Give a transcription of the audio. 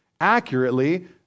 accurately